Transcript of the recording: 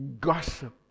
Gossip